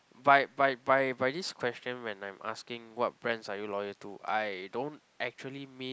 by by by by this question when I'm asking what brands are you loyal to I don't actually mean